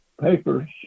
papers